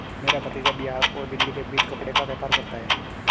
मेरा भतीजा बिहार और दिल्ली के बीच कपड़े का व्यापार करता है